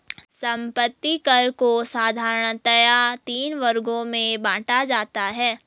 संपत्ति कर को साधारणतया तीन वर्गों में बांटा जाता है